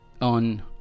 on